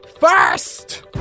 First